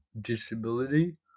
disability